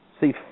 See